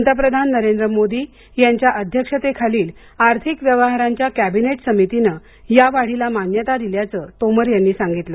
पंतप्रधान नरेंद्र मोदी यांच्या अध्यक्षतेखालील आर्थिक व्यवहारांच्या कॅबिनेट समितीने या वाढीला मान्यता दिल्याचं तोमर यांनी सांगितलं